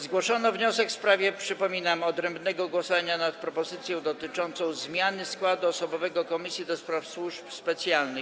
Zgłoszono wniosek w sprawie - przypominam - odrębnego głosowania nad propozycją dotyczącą zmiany składu osobowego Komisji do Spraw Służb Specjalnych.